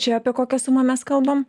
čia apie kokią sumą mes kalbam